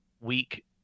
week